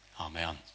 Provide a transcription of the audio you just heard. Amen